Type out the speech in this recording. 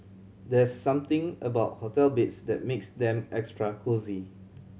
there's something about hotel beds that makes them extra cosy